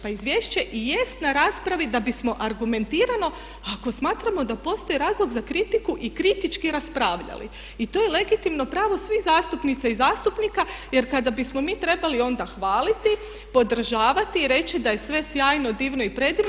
Pa izvješće i jest na raspravi da bismo argumentirano ako smatramo da postoji razlog za kritiku i kritički raspravljali i to je legitimno pravo svih zastupnica i zastupnika jer kada bismo mi trebali onda hvaliti, podržavati i reći da je sve sjajno, divno i predivno.